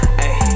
hey